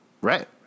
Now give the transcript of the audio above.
Right